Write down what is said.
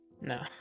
No